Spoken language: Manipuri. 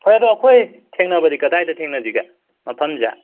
ꯍꯣꯏ ꯑꯗꯣ ꯑꯩꯈꯣꯏ ꯊꯦꯡꯅꯕꯗꯤ ꯀꯗꯥꯏꯗ ꯊꯦꯡꯅꯁꯤꯒꯦ ꯃꯐꯝꯁꯦ